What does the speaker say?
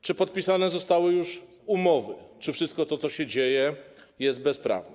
Czy podpisane zostały już umowy, czy wszystko to, co się dzieje, jest bezprawne?